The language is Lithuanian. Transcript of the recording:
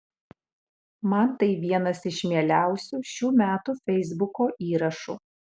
man tai vienas iš mieliausių šių metų feisbuko įrašų